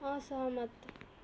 असहमत